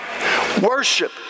Worship